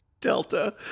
delta